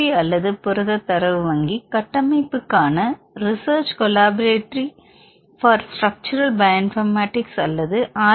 B அல்லது புரத தரவு வங்கி கட்டமைப்புக்கான research collaboratory for structural bioinformatics அல்லது ஆர்